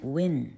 Win